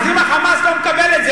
אז אם ה"חמאס" לא מקבל את זה,